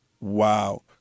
Wow